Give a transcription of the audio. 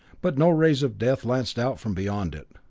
but no rays of death lanced out from beyond it.